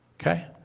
Okay